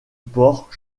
porcs